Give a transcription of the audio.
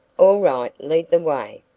all right lead the way,